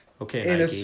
Okay